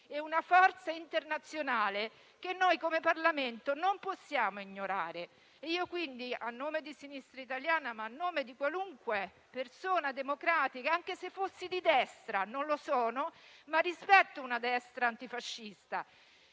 e una forza internazionale che come Parlamento non possiamo ignorare. Pertanto, a nome di Sinistra Italiana, ma a nome di qualunque persona democratica, anche se fosse di Destra (non lo sono, ma rispetto una Destra antifascista),